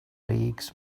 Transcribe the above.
leagues